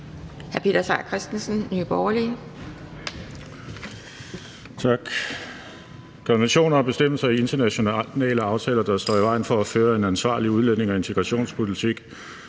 Peter Seier Christensen (NB): Tak. Konventioner og bestemmelser i internationale aftaler, der står i vejen for at føre en ansvarlig udlændinge- og integrationspolitik,